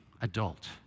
adult